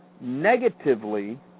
negatively